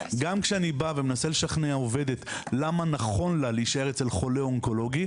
גם כשאני בא ומנסה לשכנע עובדת למה נכון לה להישאר אצל חולה אונקולוגי,